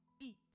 eat